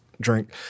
drink